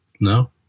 No